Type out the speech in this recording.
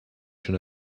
schon